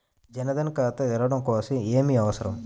జన్ ధన్ ఖాతా తెరవడం కోసం ఏమి అవసరం?